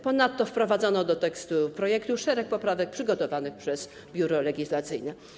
Ponadto wprowadzono do tekstu projektu szereg poprawek przygotowanych przez Biuro Legislacyjne.